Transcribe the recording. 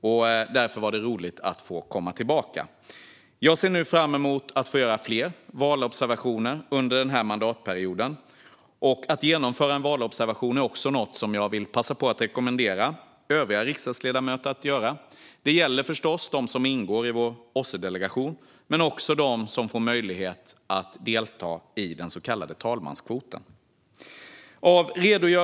Det var därför roligt att få komma tillbaka. Jag ser nu fram emot att under den här mandatperioden få göra fler valobservationer. Att genomföra en valobservation är något som jag rekommenderar övriga riksdagsledamöter att göra. Det gäller förstås dem som ingår i OSSE-delegationen men också dem som får möjlighet att delta genom den så kallade talmanskvoten. Fru talman!